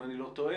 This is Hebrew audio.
אם אני לא טועה,